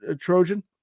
Trojan